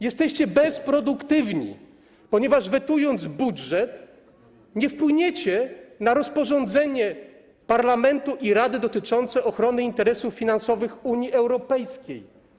Jesteście bezproduktywni, ponieważ wetując budżet, nie wpłyniecie na rozporządzenie Parlamentu i Rady dotyczące ochrony interesów finansowych Unii Europejskiej.